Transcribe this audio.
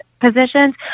positions